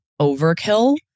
overkill